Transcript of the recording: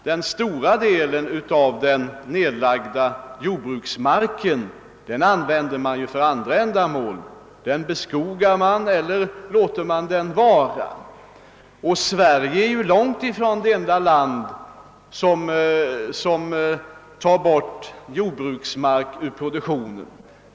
Den största delen av den nedlagda jordbruksmarken användes för andra ändamål; den beskogas eller får ligga orörd. Sverige är långtifrån det enda land som tar jordbruksmark ur produktionen.